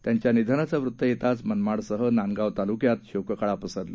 त्यांच्या निधनाचं वृत्त येताच मनमाडसह नांदगाव तालुक्यात शोककळा पसरली